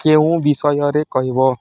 କେଉଁ ବିଷୟରେ କହିବ